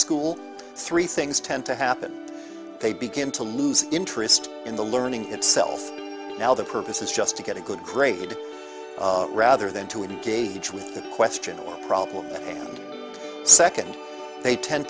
school three things tend to happen they begin to lose interest in the learning itself now the purpose is just to get a good grade rather than to engage with the question or problem and second they tend